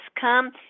come